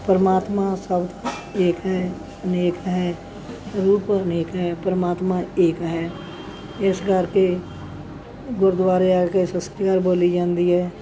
ਪਰਮਾਤਮਾ ਸਭ ਏਕ ਹੈ ਨੇਕ ਹੈ ਰੂਪ ਅਨੇਕ ਹੈ ਪਰਮਾਤਮਾ ਏਕ ਹੈ ਇਸ ਕਰਕੇ ਗੁਰਦੁਆਰੇ ਆ ਕੇ ਸਤਿ ਸ਼੍ਰੀ ਅਕਾਲ ਬੋਲੀ ਜਾਂਦੀ ਹੈ